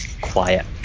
quiet